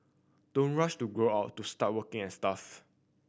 don't rush to grow up to start working and stuff